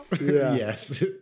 yes